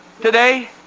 today